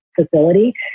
facility